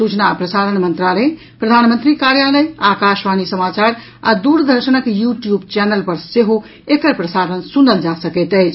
सूचना आ प्रसारण मंत्रालय प्रधानमंत्री कार्यालय आकाशवाणी समाचार आ दूरर्दशनक यू ट्यूब चैनल पर सेहो एकर प्रसारण सुनल जा सकैत अछि